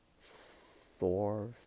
four